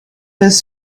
his